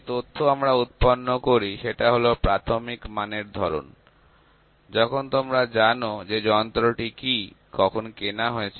যে তথ্য আমরা উৎপন্ন করি সেটা হলো প্রাথমিক মানের ধরন যখন তোমরা জানো যে যন্ত্রটি কি কখন কেনা হয়েছে